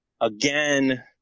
again